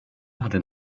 hatte